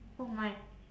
oh my